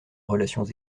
relations